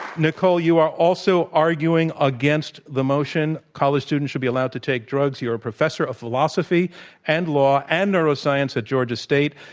nicole, you are also arguing against the motion, college students should be allowed to take drugs. you're a professor of philosophy and law and neuroscience at georgia state.